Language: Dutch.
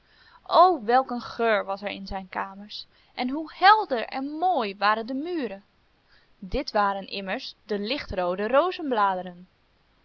o welk een geur was er in zijn kamers en hoe helder en mooi waren de muren dit waren immers de lichtroode